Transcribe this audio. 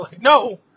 No